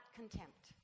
contempt